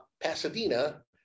Pasadena